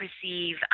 perceive